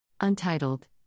Untitled